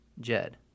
Jed